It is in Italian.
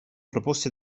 proposte